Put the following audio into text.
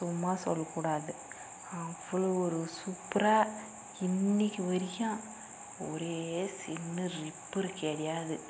சும்மா சொல்கூடாது அவ்வளோ ஒரு சூப்பரா இன்னிக்கி வரைக்கும் ஒரு சின்ன ரிப்பேர் கிடையாது